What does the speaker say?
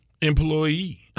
Employee